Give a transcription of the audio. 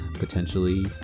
potentially